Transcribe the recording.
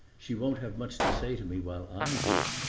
she won't have much to say to me while i'm here.